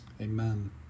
Amen